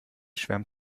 schwärmt